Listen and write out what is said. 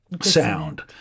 Sound